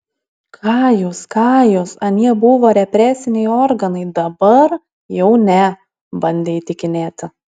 ką jūs ką jūs anie buvo represiniai organai dabar jau ne bandė įtikinėti